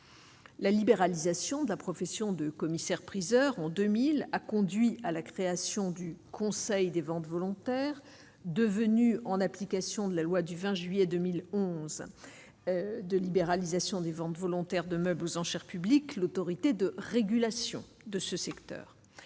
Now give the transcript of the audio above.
La libéralisation de la profession de commissaire-priseur en 2000 a conduit à la création du Conseil des ventes volontaires devenu en application de la loi du 20 juillet 2011 de libéralisation des ventes volontaires de meubles aux enchères publiques, l'Autorité de régulation de ce secteur,